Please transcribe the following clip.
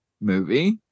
movie